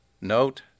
Note